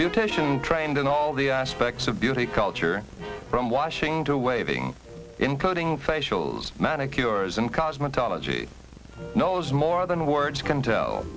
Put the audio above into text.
attention trained in all the aspects of beauty culture from washing to waving including facials manik yours and cosmetology knows more than words can tell